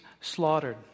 slaughtered